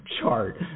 chart